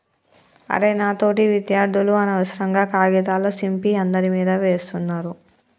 అరె నా తోటి విద్యార్థులు అనవసరంగా కాగితాల సింపి అందరి మీదా వేస్తున్నారు